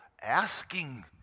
Asking